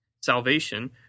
Salvation